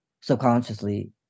subconsciously